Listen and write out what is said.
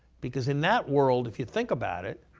because in that world, if you think about it,